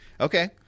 Okay